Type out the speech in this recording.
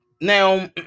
now